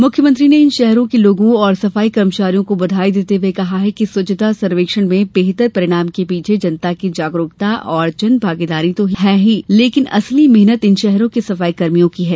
मुख्यमंत्री ने इन शहरों के लोगों और सफाई कर्मचारियों को बधाई देते कहा कि स्वच्छता सर्वेक्षण में बेहतर परिणाम के पीछे जनता की जागरूकता व जनभागीदारी तो है ही लेकिन असली मेहनत इन शहरों के सफ़ाईकर्मियों की है